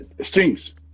Streams